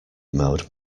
mode